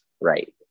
Right